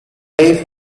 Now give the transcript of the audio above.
they